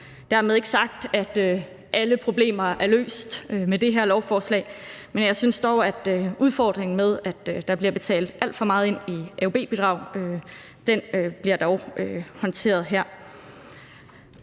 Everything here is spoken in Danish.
Dermed ikke sagt, at alle problemer er løst med det her lovforslag, men jeg synes dog, at udfordringen med, at der bliver betalt alt for meget ind i AUB-bidrag, bliver håndteret her.